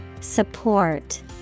Support